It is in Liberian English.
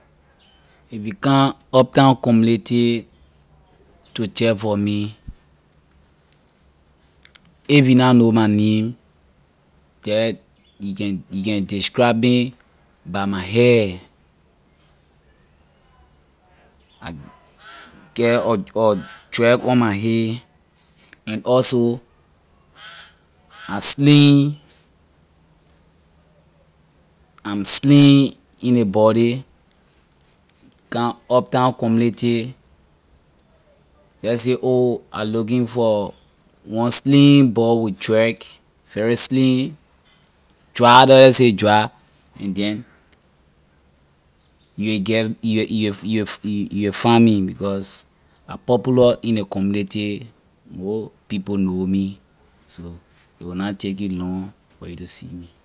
If you come uptown community to check for me if una know my name just you can you can describe me by my hair I get dread on my hay and also I slim i’m slim in ley body come uptown community just say oh I looking for one slim boy with dread very slim dry leh just say dry and then you will get you will you will you will you will find me because I popular in ley community more people know me so a will na take you long for you to see me.